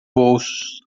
bolsos